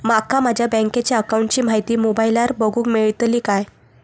माका माझ्या बँकेच्या अकाऊंटची माहिती मोबाईलार बगुक मेळतली काय?